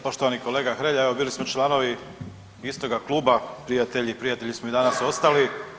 Poštovani kolega Hrelja, evo bili smo članovi istoga kluba, prijatelji, prijatelji smo i danas ostali.